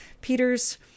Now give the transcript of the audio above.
Peter's